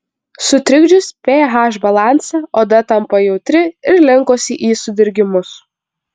sutrikdžius ph balansą oda tampa jautri ir linkusi į sudirgimus